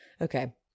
Okay